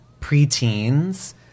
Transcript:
preteens